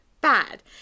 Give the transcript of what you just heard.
bad